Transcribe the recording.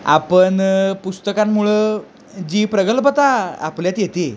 आपण पुस्तकांमुळं जी प्रगल्भता आपल्यात येते